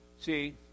See